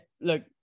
look